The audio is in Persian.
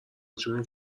جون